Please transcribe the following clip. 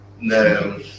No